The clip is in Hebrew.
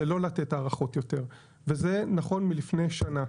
זה לא לתת הארכות יותר וזה נכון מלפני שנה.